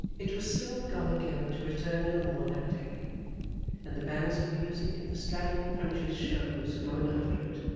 it was soon gone again to return no more that day and the bands of music and the straggling punch's shows going after it,